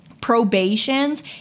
Probations